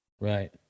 Right